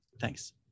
Thanks